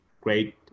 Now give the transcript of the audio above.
great